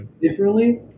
differently